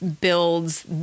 builds